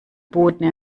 boden